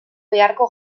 beharko